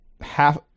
half